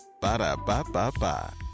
Ba-da-ba-ba-ba